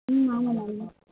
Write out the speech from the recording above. ம் ஆமாம் மேம்